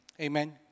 Amen